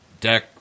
Deck